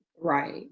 Right